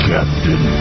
Captain